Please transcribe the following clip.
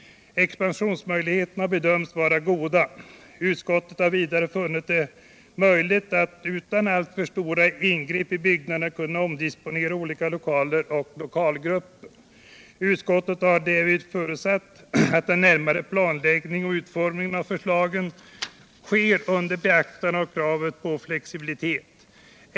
Expansionsmöjligheterna bedöms vara goda. Utskottet har vidare funnit det möjligt att utan alltför stora ingrepp i byggnaderna omdisponera olika lokaler och lokalgrupper. Utskottet har frågor på längre Sikt Riksdagens lokalfrågor på längre sikt därvid förutsatt att den närmare planläggningen och utformningen av förslagen sker under beaktande av kravet på flexibilitet.